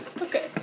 Okay